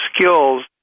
skills